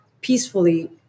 peacefully